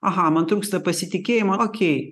aha man trūksta pasitikėjimo okei